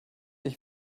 ich